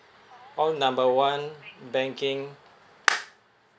call number one banking